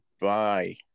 Bye